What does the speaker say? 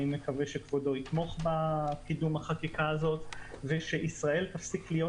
אני מקווה שכבודו יתמוך בקידום החקיקה הזאת ושישראל תפסיק להיות